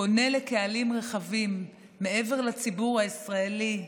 פונה לקהלים רחבים מעבר לציבור הישראלי,